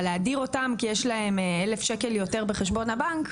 אבל להדיר אותם כי יש להם 1000 שקל יותר בחשבון הבנק,